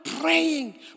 praying